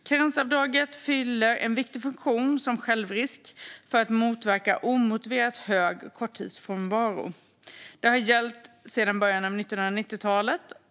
Karensavdraget fyller en viktig funktion som självrisk för att motverka omotiverat hög korttidssjukfrånvaro. Det har gällt sedan början av 1990-talet.